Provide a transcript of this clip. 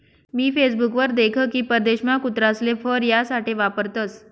मी Facebook वर देख की परदेशमा कुत्रासले फर यासाठे वापरतसं